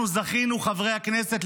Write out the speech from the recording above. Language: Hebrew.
חברי הכנסת,